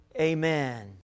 Amen